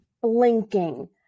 blinking